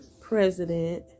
president